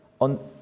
On